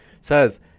says